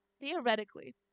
theoretically